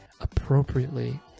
appropriately